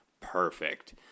perfect